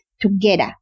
together